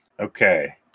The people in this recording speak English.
okay